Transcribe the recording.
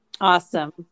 Awesome